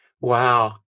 Wow